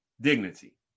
dignity